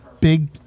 big